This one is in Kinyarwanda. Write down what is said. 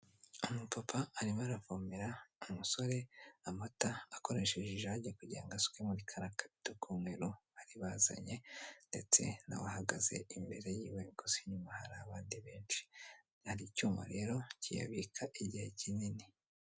Umupapa arimo aravomera umusore amata, akoresheje ijagi kugirango ngo asuke mu kariya kabido k'umweru bari bazanye ndetse n'abahagaze imbere yiwe gusa inyuma hari abandi benshi hari icyuma rero kiyabika igihe kinini.